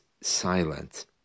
silent